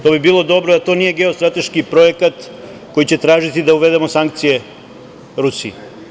To bi bilo dobro da to nije geostrateški projekat koji će tražiti da uvedemo sankcije Rusiji.